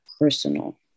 personal